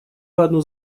одну